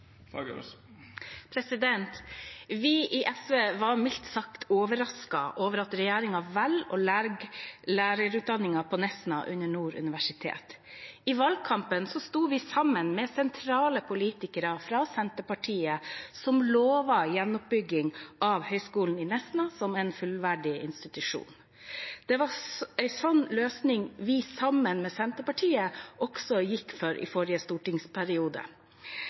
Vi i SV var mildt sagt overrasket over at regjeringen velger å legge lærerutdanningen på Nesna under Nord universitet. I valgkampen sto vi sammen med sentrale politikere fra Senterpartiet som lovet gjenoppbygging av høyskolen i Nesna som en fullverdig institusjon. Det var en sånn løsning vi sammen med Senterpartiet gikk for i forrige stortingsperiode.